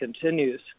continues